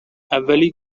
اولی